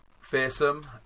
fearsome